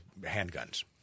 handguns